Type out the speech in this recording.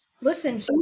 listen